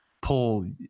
pull